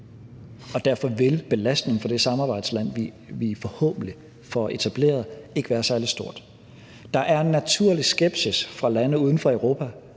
Derfor vil belastningen for det samarbejdsland, vi forhåbentlig får etableret, ikke være særlig stor. Der er en naturlig skepsis i landene uden for Europa,